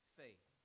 faith